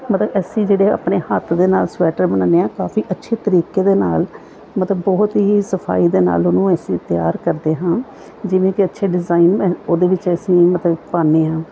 ਮਤਲਬ ਅਸੀਂ ਜਿਹੜੇ ਆਪਣੇ ਹੱਥ ਦੇ ਨਾਲ ਸਵੈਟਰ ਬਣਾਉਂਦੇ ਹਾਂ ਕਾਫ਼ੀ ਅੱਛੇ ਤਰੀਕੇ ਦੇ ਨਾਲ ਮਤਲਬ ਬਹੁਤ ਹੀ ਸਫਾਈ ਦੇ ਨਾਲ ਉਹਨੂੰ ਅਸੀਂ ਤਿਆਰ ਕਰਦੇ ਹਾਂ ਜਿਵੇਂ ਕਿ ਅੱਛੇ ਡਿਜ਼ਾਇਨ ਉਹਦੇ ਵਿੱਚ ਅਸੀਂ ਮਤਲਬ ਪਾਉਂਦੇ ਹਾਂ